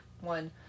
one